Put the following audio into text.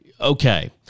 okay